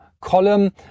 column